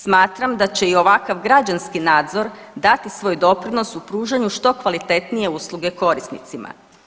Smatram da će i ovakav građanski nadzor dati svoj doprinos u pružanju što kvalitetnije usluge korisnicima.